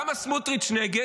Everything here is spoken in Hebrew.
למה סמוטריץ' נגד?